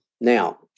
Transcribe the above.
Now